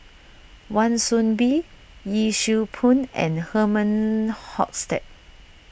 Wan Soon Bee Yee Siew Pun and Herman Hochstadt